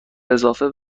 اضافه